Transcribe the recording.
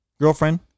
Girlfriend